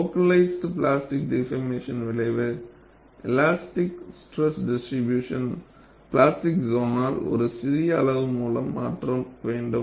localised plastic deformation விளைவு elastic stress distribution plastic சோனால் ஒரு சிறிய அளவு மூலம் மாற்ற வேண்டும்